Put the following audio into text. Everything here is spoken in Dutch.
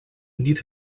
niet